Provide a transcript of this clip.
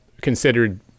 considered